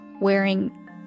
wearing